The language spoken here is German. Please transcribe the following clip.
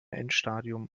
endstadium